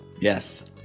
Yes